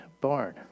barn